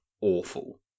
awful